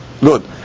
good